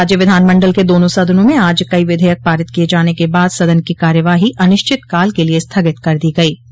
राज्य विधानमंडल के दोनों सदनों में आज कई विधेयक पारित किये जाने के बाद सदन की कार्यवाही अनिश्चितकाल के लिए स्थगित कर दी गयी